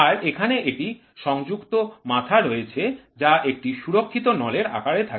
আর এখানে একটি সংযুক্ত মাথা রয়েছে যা একটি সুরক্ষিত নলের আকারে থাকে